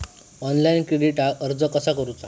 Online क्रेडिटाक अर्ज कसा करुचा?